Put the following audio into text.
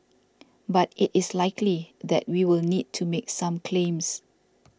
but it is likely that we will need to make some claims